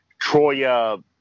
Troya